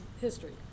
history